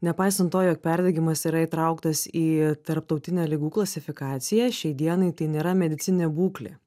nepaisant to jog perdegimas yra įtrauktas į tarptautinę ligų klasifikaciją šiai dienai tai nėra medicininė būklė